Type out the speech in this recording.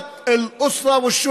(אומר בערבית ומתרגם:)